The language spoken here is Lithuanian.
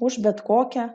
už bet kokią